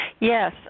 Yes